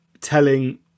telling